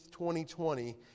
2020